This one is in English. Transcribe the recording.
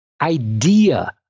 idea